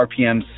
rpms